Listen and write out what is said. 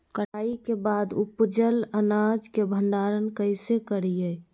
कटाई के बाद उपजल अनाज के भंडारण कइसे करियई?